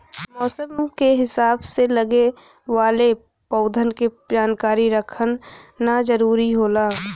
मौसम के हिसाब से लगे वाले पउधन के जानकारी रखना जरुरी होला